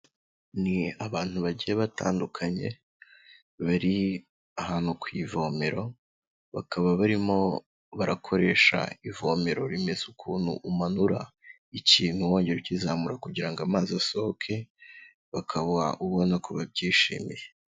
Ni abantu bagiye batandukanye, bari ahantu ku ivomero, bakaba barimo barakoresha ivomero rimeze ukuntu, umanura ikintu wongera ukizamura kugira ngo amazi asohoke, bakaba ubona ko babyishimiye.